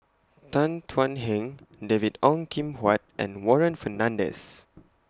Tan Thuan Heng David Ong Kim Huat and Warren Fernandez